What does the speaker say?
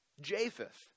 Japheth